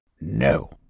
No